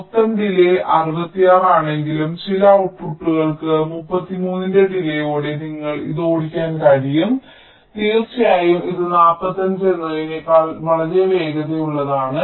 മൊത്തം ഡിലേയ് 66 ആണെങ്കിലും ചില ഔട്ട്പുട്ട്ടുകൾക്ക് 33 ന്റെ ഡിലേയ്യോടെ നിങ്ങൾക്ക് ഇത് ഓടിക്കാൻ കഴിയും തീർച്ചയായും ഇത് 45 എന്നതിനേക്കാൾ വളരെ വേഗതയുള്ളതാണ്